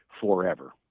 forever